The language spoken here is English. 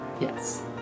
Yes